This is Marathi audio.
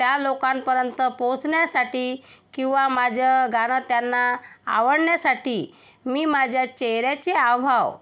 त्या लोकांपर्यंत पोहोचण्यासाठी किंवा माझं गाणं त्यांना आवडण्यासाठी मी माझ्या चेहेऱ्याचे हावभाव